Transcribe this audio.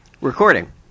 Recording